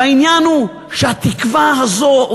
והעניין הוא שהתקווה הזו,